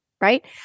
Right